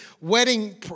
wedding